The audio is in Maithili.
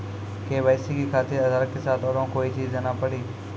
के.वाई.सी खातिर आधार के साथ औरों कोई चीज देना पड़ी?